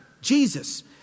Jesus